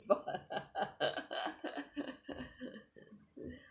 sport